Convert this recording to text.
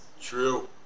True